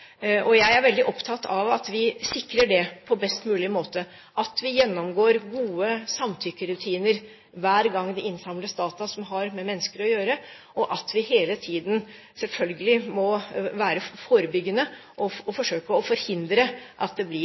Jeg er veldig opptatt av at vi sikrer det på best mulig måte, at vi gjennomgår gode samtykkerutiner hver gang det innsamles data som har med mennesker å gjøre, og at vi selvfølgelig hele tiden må være forebyggende og forsøke å forhindre at data både blir